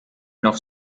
noch